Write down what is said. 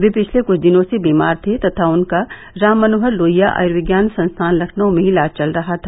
वह पिछले कुछ दिनों से बीमार थे तथा उनका राम मनोहर लोहिया आयुर्विज्ञान संस्थान लखनऊ में इलाज चल रहा था